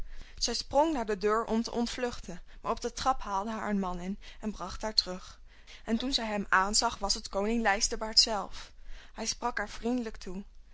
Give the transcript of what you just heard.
zij sprong naar de deur om te ontvluchten maar op de trap haalde haar een man in en bracht haar terug en toen zij hem aanzag was het koning lijsterbaard zelf hij sprak haar vriendelijk toe